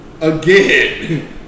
again